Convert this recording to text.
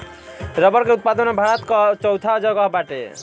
रबड़ के उत्पादन में भारत कअ चउथा जगह बाटे